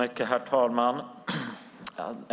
Herr talman!